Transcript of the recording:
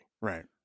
Right